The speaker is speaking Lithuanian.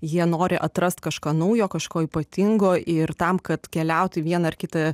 jie nori atrast kažką naujo kažko ypatingo ir tam kad keliautų į vieną ar kitą